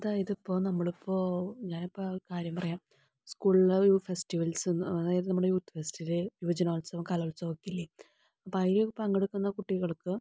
അതായത് ഇപ്പോൾ നമ്മളിപ്പോൾ ഞാനിപ്പമൊരു കാര്യം പറയാം സ്കൂളിലെ യൂത്ത് ഫെസ്ടിവൽസ് അതായത് നമ്മുടെ യൂത്ത് ഫെസ്റ്റിവല് യുവജനോത്സവം കലോത്സവമൊക്കെയില്ലേ അപ്പോൾ അതിലൊക്കെ പങ്കെടുക്കുന്ന കുട്ടികൾക്ക്